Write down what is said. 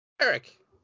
Eric